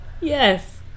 Yes